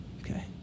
Okay